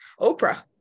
oprah